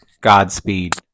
Godspeed